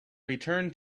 returned